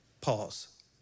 Pause